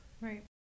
Right